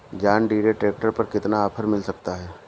John Deere tractor पर कितना offer मिल सकता है?